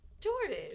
Jordan